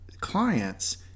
clients